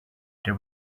there